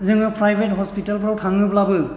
जोङो प्राइभेट हस्पिटालफोराव थाङोब्लाबो